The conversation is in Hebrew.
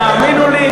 תאמינו לי,